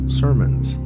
sermons